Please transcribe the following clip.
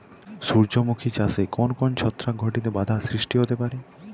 সূর্যমুখী চাষে কোন কোন ছত্রাক ঘটিত বাধা সৃষ্টি হতে পারে?